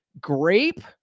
grape